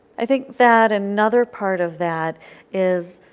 i think that another part of that is